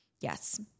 Yes